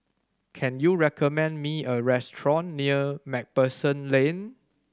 can you recommend me a restaurant near Macpherson Lane